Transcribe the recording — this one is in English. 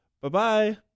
Bye-bye